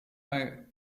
bei